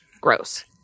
Gross